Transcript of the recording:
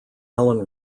ellen